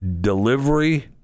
delivery